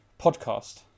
podcast